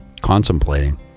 contemplating